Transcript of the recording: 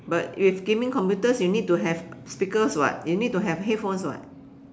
but with gaming computers you need to have speakers [what] you need to have headphones [what]